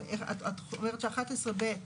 את אומרת ש-11(ב)